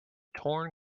torn